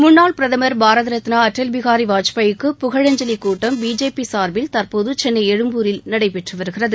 முன்னாள் பிரதமர் பாரதரத்னாஅடல் பிஹாரிவாஜ்பாயிக்கு புகழஞ்சலிகூட்டம் பிஜேபிசார்பில் தற்போதுசென்னைழும்பூரில் நடைபெற்றுவருகிறது